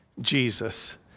Jesus